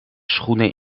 schoenen